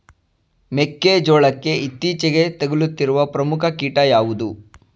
ಮೆಕ್ಕೆ ಜೋಳಕ್ಕೆ ಇತ್ತೀಚೆಗೆ ತಗುಲಿರುವ ಪ್ರಮುಖ ಕೀಟ ಯಾವುದು?